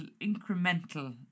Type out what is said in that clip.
incremental